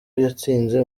yatsinze